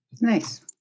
Nice